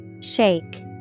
Shake